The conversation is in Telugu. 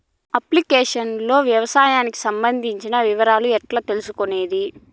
అప్లికేషన్ లో వ్యవసాయానికి సంబంధించిన వివరాలు ఎట్లా తెలుసుకొనేది?